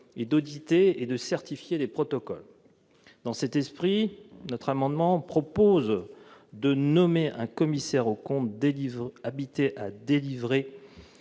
et d'auditer et certifier les protocoles. Dans cet esprit, nous proposons de nommer un commissaire aux comptes habilité à délivrer